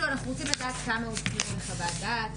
אנחנו רוצים לדעת כמה הופנו לחוות דעת,